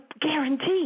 guaranteed